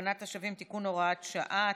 ותקנת השבים (תיקון והוראת שעה),